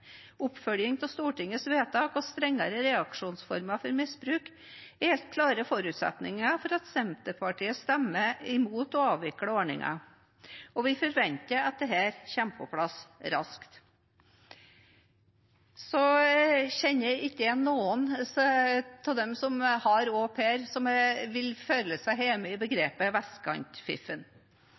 Oppfølging av Stortingets vedtak og strengere reaksjonsformer for misbruk er helt klare forutsetninger for at Senterpartiet stemmer imot å avvikle ordningen, og vi forventer at dette kommer på plass raskt. Jeg kjenner ikke noen av dem som har au pair som vil føle seg hjemme i begrepet